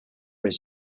his